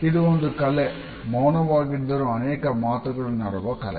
ಅದು ಒಂದು ಕಲೆ ಮೌನವಾಗಿದ್ದರು ಅನೇಕ ಮಾತುಗಳನ್ನಾಡುವ ಕಲೆ